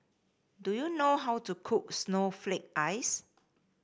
do you know how to cook Snowflake Ice